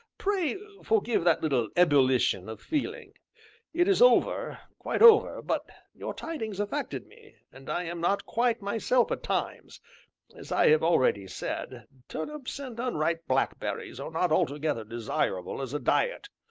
pray forgive that little ebullition of feeling it is over quite over, but your tidings affected me, and i am not quite myself at times as i have already said, turnips and unripe blackberries are not altogether desirable as a diet.